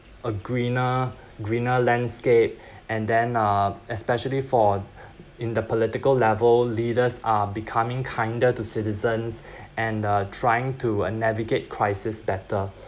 a greener greener landscape and then uh especially for in the political level leaders are becoming kinder to citizens and uh trying to navigate crisis better